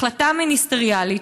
החלטה מיניסטריאלית,